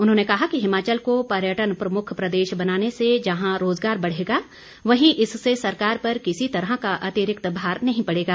उन्होंने कहा कि हिमाचल को पर्यटन प्रमुख प्रदेश बनाने से जहां रोजगार बढ़ेगा वहीं इससे सरकार पर किसी तरह का अतिरिक्त भार नहीं पड़ेगा